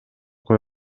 кое